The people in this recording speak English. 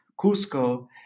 Cusco